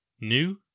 new